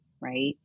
right